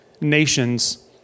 nations